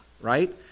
right